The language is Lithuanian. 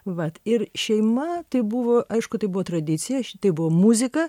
vat ir šeima tai buvo aišku tai buvo tradicija šitai buvo muzika